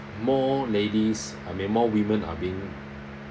more ladies I mean more women are being